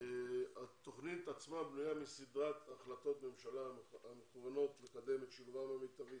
התוכנית עצמה בנויה מסדרת החלטות ממשלה המכוונות לקדם את שילובם המיטבי